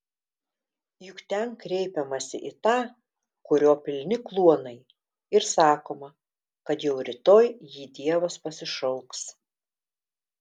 juk ten kreipiamasi į tą kurio pilni kluonai ir sakoma kad jau rytoj jį dievas pasišauks